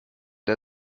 der